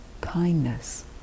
kindness